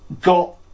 got